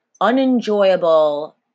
unenjoyable